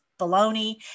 baloney